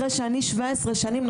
אחר שאני 17 שנים,